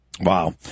wow